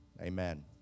Amen